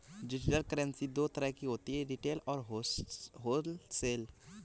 digital currency दो तरह की होती है रिटेल और होलसेल